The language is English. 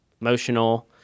emotional